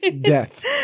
Death